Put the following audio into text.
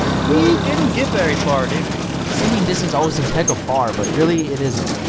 we didn't get very far, did we? singing distance always seems hecka far, but really, it isn't.